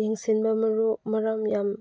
ꯌꯦꯡꯁꯤꯟꯕ ꯃꯔꯨ ꯃꯔꯝ ꯌꯥꯝ